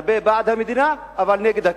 הרבה בעד המדינה, אבל נגד הכיבוש.